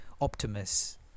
optimus